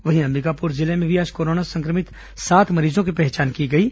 वहीं अंबिकापुर जिले में भी आज कोरोना संक्रमित सात मरीजों की पहचान की गई है